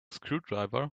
screwdriver